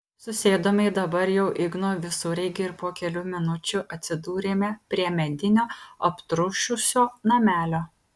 susėdome į dabar jau igno visureigį ir po kelių minučių atsidūrėme prie medinio aptriušusio namelio